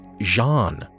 Jean